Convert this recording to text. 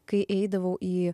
kai eidavau į